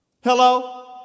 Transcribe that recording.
Hello